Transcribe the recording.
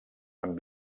amb